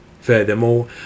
Furthermore